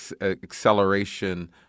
acceleration